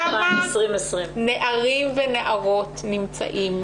למדי, ואני רואה מה המצב הזה עושה להם.